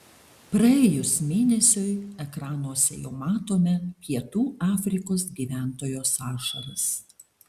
praėjus mėnesiui ekranuose jau matome pietų afrikos gyventojos ašaras